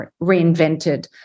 reinvented